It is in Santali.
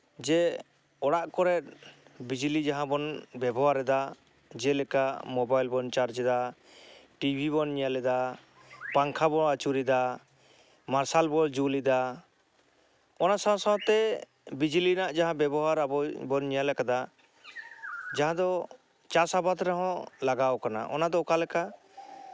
ᱡᱮ ᱚᱲᱟᱜ ᱠᱚᱨᱮᱫ ᱵᱤᱡᱽᱞᱤ ᱡᱟᱦᱟᱸ ᱵᱚᱱ ᱵᱮᱵᱚᱦᱟᱨᱫᱟ ᱡᱮᱞᱮᱠᱟ ᱢᱳᱵᱟᱭᱤᱞ ᱵᱚᱱ ᱪᱟᱨᱡᱽ ᱮᱫᱟ ᱴᱤᱵᱷᱤ ᱵᱚᱱ ᱧᱮᱞ ᱮᱫᱟ ᱯᱟᱝᱠᱷᱟ ᱵᱚᱱ ᱟᱹᱪᱩᱨᱮᱫᱟ ᱢᱟᱨᱥᱟᱞ ᱵᱚᱱ ᱡᱩᱞ ᱮᱫᱟ ᱚᱱᱟ ᱥᱟᱶ ᱥᱟᱶᱛᱮ ᱵᱤᱡᱽᱞᱤ ᱨᱮᱱᱟᱜ ᱡᱟᱦᱟᱸ ᱵᱮᱵᱚᱦᱟᱨ ᱟᱵᱚ ᱵᱚᱱ ᱧᱮᱞ ᱠᱟᱫᱟ ᱡᱟᱦᱟᱸ ᱫᱚ ᱪᱟᱥᱼᱟᱵᱟᱫᱽ ᱨᱮᱦᱚᱸ ᱞᱟᱜᱟᱣ ᱠᱟᱱᱟ ᱚᱱᱟ ᱫᱚ ᱚᱠᱟ ᱞᱮᱠᱟ